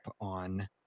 on